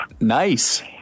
Nice